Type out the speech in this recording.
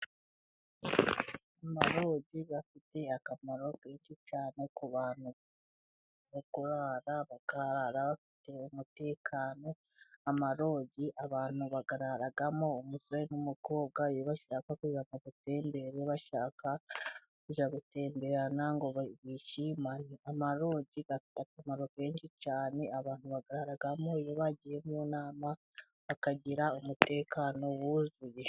Amarogi afite akamaro kenshi cyane ku bantu, mu kurara bakarara bafite umutekano. Amarogi abantu bayararamo, umusore n'umukobwa iyo bashaka kujya mu butendere, bashaka kujya gutemberana ngo bishimane. Amarogi afite akamaro kenshi cyane, abantu bayararamo iyo bagiye mu nama bakagira umutekano wuzuye.